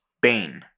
Bane